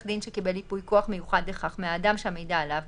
דין שקיבל ייפוי כוח מיוחד לכך מהאדם שהמידע עליו,